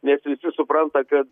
nes visi supranta kad